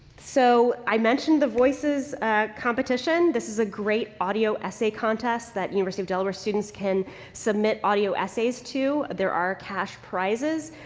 so, i mentioned the voices competition. this is a great audio essay contest that university of delaware students can submit audio essays to. there are cash prizes.